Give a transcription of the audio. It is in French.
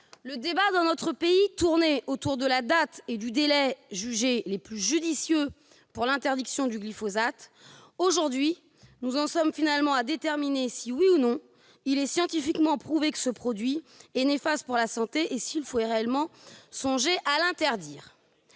le débat, dans notre pays, tournait autour de la date et du délai jugés les plus judicieux pour l'interdiction du glyphosate. Aujourd'hui, nous en sommes finalement à déterminer si, oui ou non, il est scientifiquement prouvé que ce produit est néfaste pour la santé et s'il faut réellement songer à l'interdire